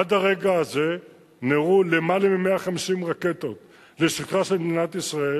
עד הרגע הזה נורו למעלה מ-150 רקטות לשטחה של מדינת ישראל,